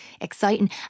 exciting